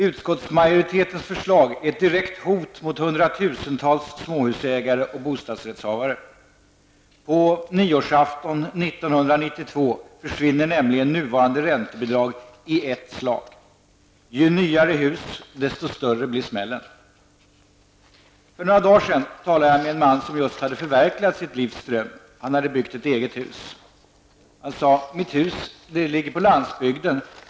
Utskottsmajoritetens förslag är ett direkt hot mot hundratusentals småhusägare och bostadsrättshavare. På nyårsafton 1992 försvinner nämligen nuvarande räntebidrag i ett slag. Ju nyare hus, desto större blir smällen. För några dagar sedan talade jag med en man som just hade förverkligat sitt livs dröm. Han hade byggt ett eget hus. Han sade: Mitt hus ligger på landsbygden.